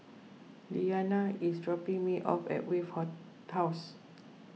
Leanna is dropping me off at Wave House